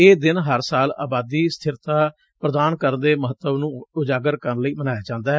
ਇਹ ਦਿਨ ਹਰ ਸਾਲ ਆਬਾਦੀ ਸਿਬਰਤਾ ਪ੍ਰਦਾਨ ਕਰਨ ਦੇ ਮਹੱਤਵ ਨੂੰ ਉਜਾਗਰ ਕਰਨ ਲਈ ਮਨਾਇਆ ਜਾਂਦੈ